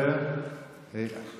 ודבק איש באשתו.